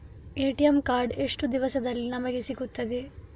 ATM card ಎಷ್ಟು ದಿವಸದಲ್ಲಿ ನಮಗೆ ಸಿಗುತ್ತದೆ?